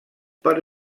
per